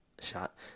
Shot